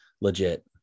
legit